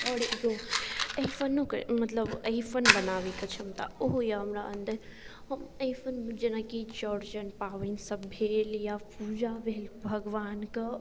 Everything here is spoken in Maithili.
आओर एगो अरिपणोके मतलब अरिपण बनाबैके क्षमता ओहो यऽ हमरा अन्दर हम अरिपणमे जेनाकी चौरचन पाबनि सब भेल या पूजा भेल भगवान कऽ